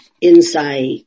insight